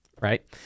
Right